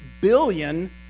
billion